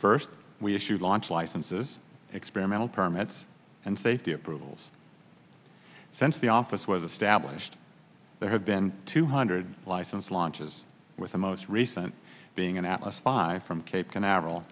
first we issued launch licenses experimental permits and safety approvals since the office where the stablished there have been two hundred license launches with the most recent being an atlas five from cape canaveral